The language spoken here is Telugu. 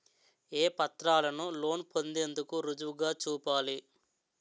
ఏ పత్రాలను లోన్ పొందేందుకు రుజువుగా చూపాలి?